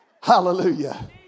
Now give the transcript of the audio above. hallelujah